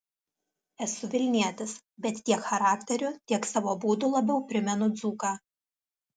esu vilnietis bet tiek charakteriu tiek savo būdu labiau primenu dzūką